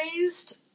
raised